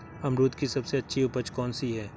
अमरूद की सबसे अच्छी उपज कौन सी है?